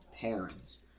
parents